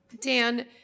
Dan